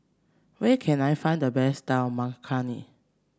where can I find the best Dal Makhani